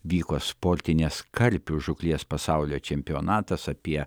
vyko sportinės karpių žūklės pasaulio čempionatas apie